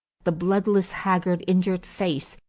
the bloodless, haggard, injured face,